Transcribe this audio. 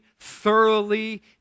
thoroughly